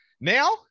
Now